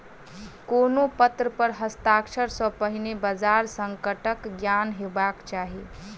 कोनो पत्र पर हस्ताक्षर सॅ पहिने बजार संकटक ज्ञान हेबाक चाही